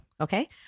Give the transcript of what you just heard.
Okay